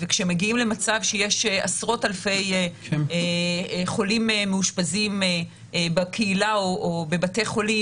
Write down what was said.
כשמגיעים למצב עם עשרות אלפי חולים מאושפזים בקהילה או בבתי חולים,